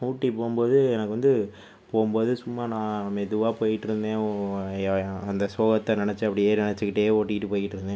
ஊட்டி போகும் போது எனக்கு வந்து போகும் போது சும்மா நான் மெதுவாக போயிட்ருந்தேன் ஓ அந்த சோகத்தை நினச்சி அப்படியே நினச்சிக்கிட்டே ஓட்டிக்கிட்டு போயிக்கிட்டு இருந்தேன்